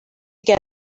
get